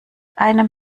einem